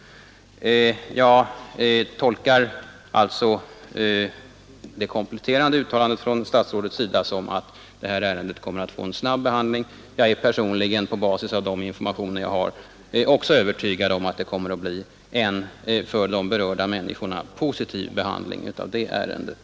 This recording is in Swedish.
Jag tolkar alltså statsrådets kompletterande uttalande så att detta ärende kommer att få en snabb behandling, och på basis av de informationer jag har är jag personligen övertygad om att det också kommer att bli en för de berörda människorna positiv behandling av ärendet.